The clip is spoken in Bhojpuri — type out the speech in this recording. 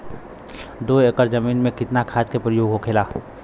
दो एकड़ जमीन में कितना खाद के प्रयोग होखेला?